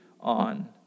on